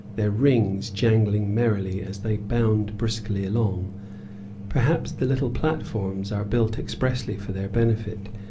their rings jangling merrily as they bound briskly along perhaps the little platforms are built expressly for their benefit,